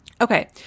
Okay